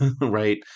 right